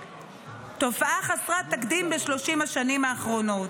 תופעה חסרת תקדים ב-30 השנים האחרונות.